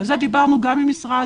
ועל זה דיברנו גם עם משרד